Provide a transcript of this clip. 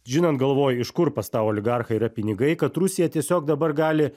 žinant galvoji iš kur pas tą oligarchą yra pinigai kad rusija tiesiog dabar gali